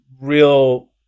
real